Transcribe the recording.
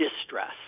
distress